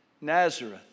Nazareth